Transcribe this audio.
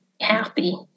happy